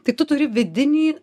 tai tu turi vidinį